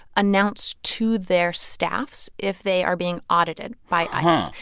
announce to their staffs if they are being audited by ice.